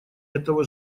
этого